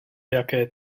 jaké